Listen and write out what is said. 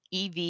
EV